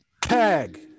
tag